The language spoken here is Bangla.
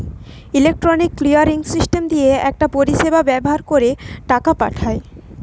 ইলেক্ট্রনিক ক্লিয়ারিং সিস্টেম দিয়ে একটা পরিষেবা ব্যাভার কোরে টাকা পাঠায়